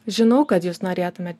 žinau kad jūs norėtumėt